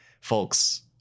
folks